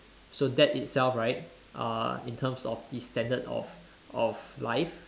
so that itself right uh in terms of the standard of of life